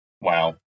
Wow